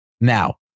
now